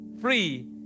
free